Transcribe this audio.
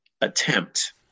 attempt